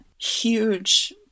huge